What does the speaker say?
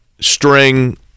string